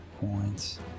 points